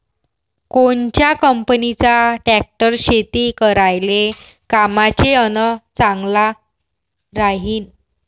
कोनच्या कंपनीचा ट्रॅक्टर शेती करायले कामाचे अन चांगला राहीनं?